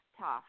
tough